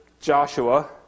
Joshua